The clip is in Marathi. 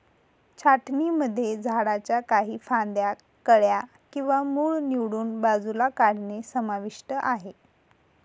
छाटणीमध्ये झाडांच्या काही फांद्या, कळ्या किंवा मूळ निवडून बाजूला काढणे समाविष्ट आहे